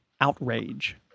outrage